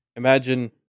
Imagine